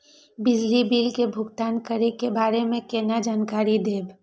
बिजली बिल के भुगतान करै के बारे में केना जानकारी देब?